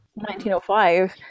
1905